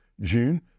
June